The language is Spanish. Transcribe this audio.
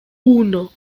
uno